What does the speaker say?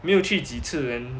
没有去几次 then